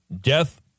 Death